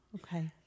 okay